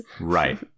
Right